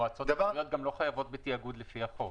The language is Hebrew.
מועצות מקומיות גם לא מחויבות בתאגוד לפי החוק.